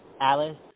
Alice